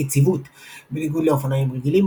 יציבות בניגוד לאופניים רגילים,